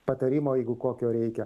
patarimo jeigu kokio reikia